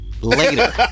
Later